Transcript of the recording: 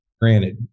granted